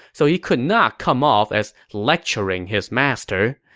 so he could not come off as lecturing his master.